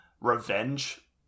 revenge